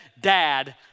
dad